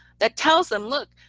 that tells them, look,